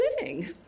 living